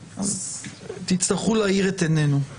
תצטרכו להאיר את עינינו.